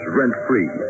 rent-free